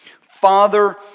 Father